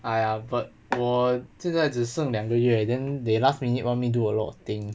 !aiya! but 我现在只剩两个月 then they last minute want me do a lot of thing